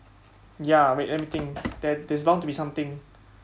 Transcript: ya wait let me think there's bound to be something